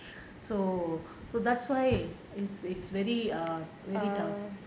so so that's why it's very err very tough